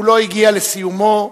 הוא לא הגיע לסיומו,